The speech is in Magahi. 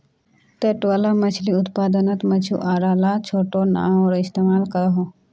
तट वाला मछली पालानोत मछुआरा ला छोटो नओर इस्तेमाल करोह